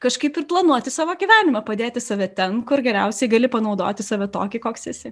kažkaip ir planuoti savo gyvenimą padėti save ten kur geriausiai gali panaudoti save tokį koks esi